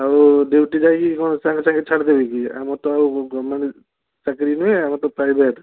ଆଉ ଡ୍ୟୁଟି ଯାଇକି କ'ଣ ସାଙ୍ଗେ ସାଙ୍ଗେ ଛାଡ଼ିଦେବେ କି ଆମର ତ ଆଉ ଗମେଣ୍ଟ୍ ଚାକିରୀ ନୁହେଁ ଆମର ତ ପ୍ରାଇଭେଟ୍